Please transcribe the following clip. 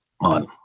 on